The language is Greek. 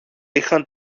είχαν